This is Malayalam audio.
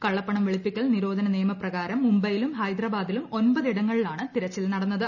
കള്ളപ്പണം വെളുപ്പിക്കൽ നിരോധന നിയമപ്രകാരം മുംബൈയിലും ഹൈദരാബാദിലും ഒമ്പത് ഇടങ്ങളിലാണ് തിരച്ചിൽ നടന്നത്